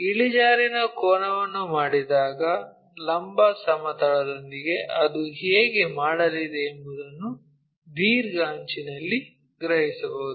ಇಳಿಜಾರಿನ ಕೋನವನ್ನು ಮಾಡಿದಾಗ ಲಂಬ ಸಮತಲದೊಂದಿಗೆ ಅದು ಹೇಗೆ ಮಾಡಲಿದೆ ಎಂಬುದನ್ನು ದೀರ್ಘ ಅಂಚಿನಲ್ಲಿ ಗ್ರಹಿಸಬಹುದು